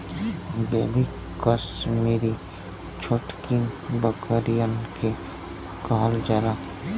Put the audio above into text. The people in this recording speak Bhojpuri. बेबी कसमीरी छोटकिन बकरियन के कहल जाला